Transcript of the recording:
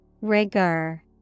Rigor